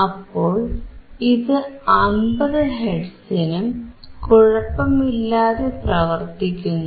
അപ്പോൾ ഇത് 50 ഹെർട്സിനും കുഴപ്പമില്ലാതെ പ്രവർത്തിക്കുന്നു